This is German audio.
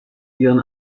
ihren